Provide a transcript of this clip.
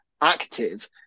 active